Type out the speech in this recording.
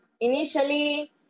initially